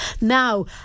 now